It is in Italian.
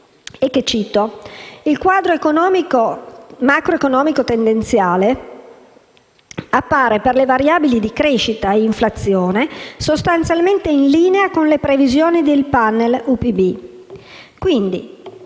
«Il quadro macroeconomico tendenziale appare, per le variabili di crescita e inflazione, sostanzialmente in linea con le previsione del *panel* UPB».